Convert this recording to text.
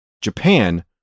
Japan